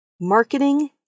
Marketing